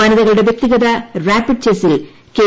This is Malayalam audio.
വനിതകളൂടെ പ്യക്തിഗത റാപ്പിഡ് ചെസ്സിൽ കെ